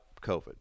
COVID